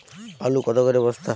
আলু কত করে বস্তা?